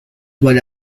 vale